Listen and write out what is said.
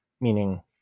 meaning